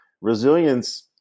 Resilience